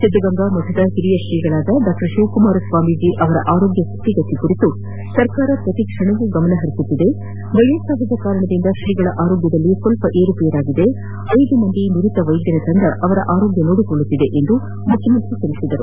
ಸಿದ್ದಗಂಗಾ ಮಠದ ಹಿರಿಯ ಶ್ರೀಗಳಾದ ಡಾ ಶಿವಕುಮಾರ ಸ್ನಾಮೀಜಿ ಅವರ ಆರೋಗ್ಯ ಸ್ಥಿತಿಗತಿ ಕುರಿತು ಸರ್ಕಾರ ಪ್ರತಿ ಕ್ಷಣವೂ ಗಮನ ಹರಿಸುತ್ತಿದೆ ವಯೋಸಹಜ ಕಾರಣದಿಂದ ತ್ರೀಗಳ ಆರೋಗ್ಯದಲ್ಲಿ ಸ್ವಲ್ಪ ಏರುಪೇರಾಗಿದೆ ಐದು ಮಂದಿ ನುರಿತ ವೈದ್ಯರ ತಂಡ ಅವರ ಆರೋಗ್ಯ ನೋಡಿಕೊಳ್ಳುತ್ತಿದೆ ಎಂದು ಮುಖ್ಣಮಂತ್ರಿ ತಿಳಿಸಿದರು